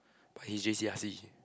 but he J_C ah